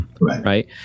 right